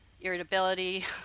irritability